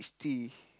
peach tea